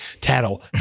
Tattle